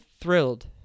thrilled